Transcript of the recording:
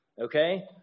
okay